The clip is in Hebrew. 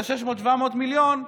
600 700 מיליוני שקלים,